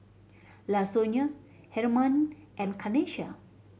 Lasonya Hermann and Kanesha